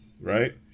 right